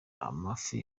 amafi